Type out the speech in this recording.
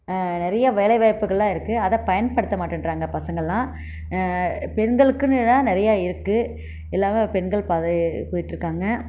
நிறைய வேலை வாய்ப்புகள்லாம் இருக்குது அதை பயன்படுத்த மாட்டேன்றாங்க பசங்கள்லாம் பெண்களுக்குன்னுலாம் நிறைய இருக்குது எல்லாமே பெண்கள் போய்ட்டு இருக்காங்க